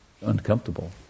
uncomfortable